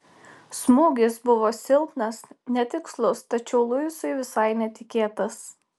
smūgis buvo silpnas netikslus tačiau luisui visai netikėtas